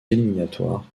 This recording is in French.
éliminatoires